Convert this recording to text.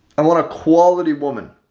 i want a quality woman.